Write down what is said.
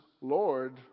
Lord